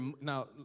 Now